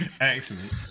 Excellent